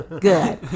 good